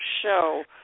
show